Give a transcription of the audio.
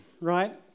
right